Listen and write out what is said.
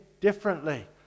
differently